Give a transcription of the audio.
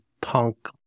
punk